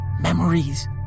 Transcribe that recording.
memories